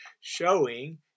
Showing